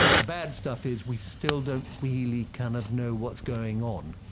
the bad stuff is we still don't really kind of know what's going on.